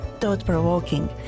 Thought-provoking